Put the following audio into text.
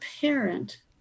parent